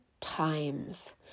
times